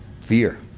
fear